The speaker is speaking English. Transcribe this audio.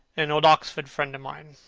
an old oxford friend of mine.